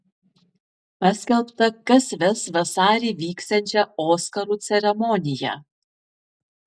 paskelbta kas ves vasarį vyksiančią oskarų ceremoniją